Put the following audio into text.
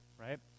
right